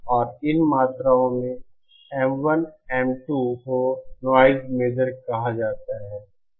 और इन मात्राओं M1 M2 को नॉइज़ मेजर कहा जाता है